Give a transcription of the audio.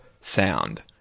sound